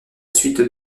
suite